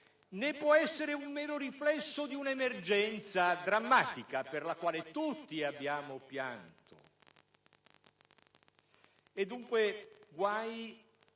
né può essere un mero riflesso di un'emergenza drammatica, per la quale tutti abbiamo pianto. Guai, dunque, ad